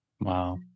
Wow